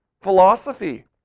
philosophy